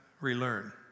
relearn